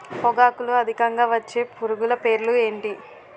పొగాకులో అధికంగా వచ్చే పురుగుల పేర్లు ఏంటి